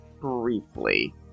briefly